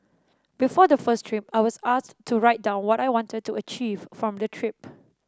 before the first trip I was asked to write down what I wanted to achieve from the trip